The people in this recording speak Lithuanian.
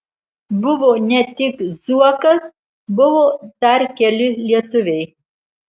buvo ne tik zuokas buvo dar keli lietuviai